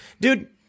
Dude